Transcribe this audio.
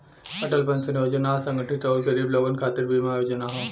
Atal pension Yojana असंगठित आउर गरीब लोगन खातिर बीमा योजना हौ